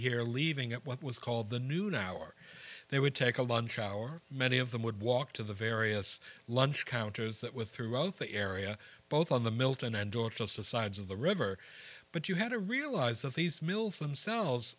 here leaving at what was called the noon hour they would take a lunch hour many of them would walk to the various lunch counters that with throughout the area both on the milton endorse just the sides of the river but you had to realize that these mills themselves